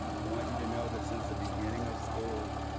i want you to know that since the beginning of school,